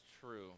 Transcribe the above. true